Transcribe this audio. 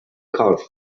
corff